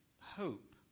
hope